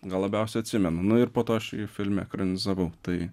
gal labiausia atsimenu nu ir po to aš filme ekranizavau tai